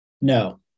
No